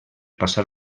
passar